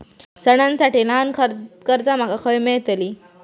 सणांसाठी ल्हान कर्जा माका खय मेळतली?